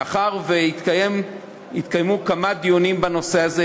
מאחר שהתקיימו כמה דיונים בנושא הזה,